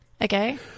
Okay